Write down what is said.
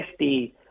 50